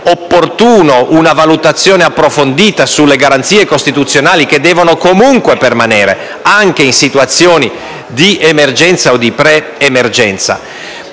opportuna una valutazione approfondita sulle garanzie costituzionali che devono comunque permanere, anche in situazioni di emergenza o di pre-emergenza;